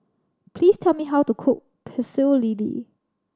please tell me how to cook Pecel Lele